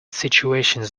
situations